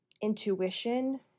intuition